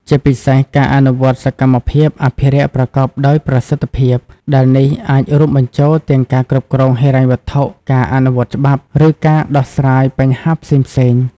ជាពិសេសការអនុវត្តសកម្មភាពអភិរក្សប្រកបដោយប្រសិទ្ធភាព ដែលនេះអាចរួមបញ្ចូលទាំងការគ្រប់គ្រងហិរញ្ញវត្ថុ ការអនុវត្តច្បាប់ ឬការដោះស្រាយបញ្ហាផ្សេងៗ។